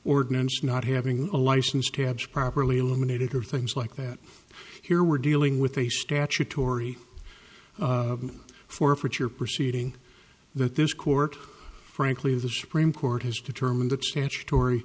ordinance not having a license tabs properly eliminated or things like that here we're dealing with a statutory forfeiture proceeding that this court frankly the supreme court has determined that statutory